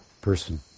person